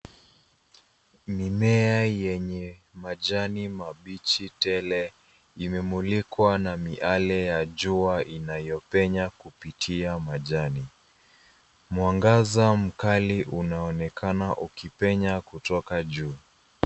Mimea yenye majani mabichi tele imemulikwa na miale ya jua inayopenya kupitia majani. Mwangaza mkali unaonekana ukipenya kutoka juu.